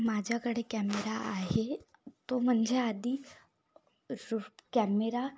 माझ्याकडे कॅमेरा आहे तो म्हणजे आधी कॅमेरा